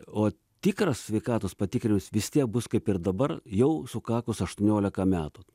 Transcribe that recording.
o tikras sveikatos patikrinimas vis tiek bus kaip ir dabar jau sukakus aštuoniolika metų